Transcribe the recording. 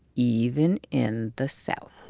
even in the south